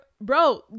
bro